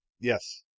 Yes